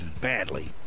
badly